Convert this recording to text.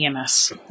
EMS